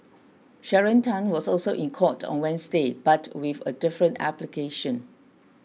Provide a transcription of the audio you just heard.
Sharon Tan was also in court on Wednesday but with a different application